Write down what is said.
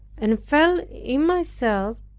and felt in myself,